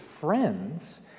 friends